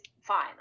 fine